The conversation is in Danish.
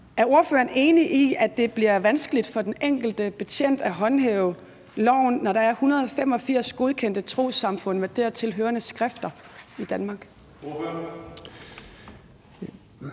Er ordføreren enig i, at det bliver vanskeligt for den enkelte betjent at håndhæve loven, når der er 185 godkendte trossamfund med dertilhørende skrifter i Danmark?